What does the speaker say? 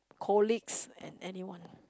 colleagues and anyone